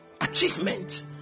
Achievement